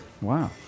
Wow